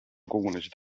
kogunesid